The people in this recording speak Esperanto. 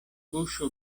buŝo